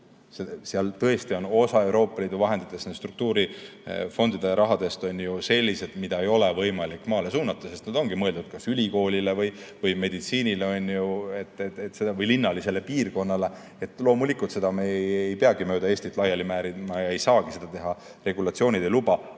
Seal tõesti on osa Euroopa Liidu rahast, struktuurifondide vahenditest sellised, mida ei ole võimalik maale suunata, sest nad ongi mõeldud kas ülikoolile või meditsiinile või linnalisele piirkonnale. Loomulikult, seda me ei peagi mööda Eestit laiali määrima – ja me ei saagi seda teha, regulatsioonid ei luba.